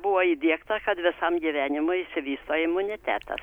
buvo įdiegta kad visam gyvenimui išsivysto imunitetas